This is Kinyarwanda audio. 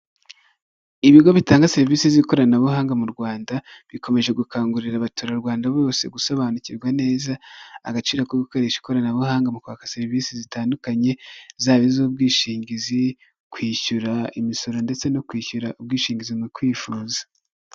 Ibigo bitanga serivisi z'ikoranabuhanga mu Rwanda bikomeje gukangurira abaturarwanda bose gusobanukirwa neza agaciro ko gukoresha ikoranabuhanga mu kwaka serivisi zitandukanye, zaba iz'ubwishingizi, kwishyura imisoro ndetse no kwishyura ubwishingizi mu kwifuzaza.